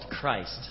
Christ